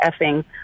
effing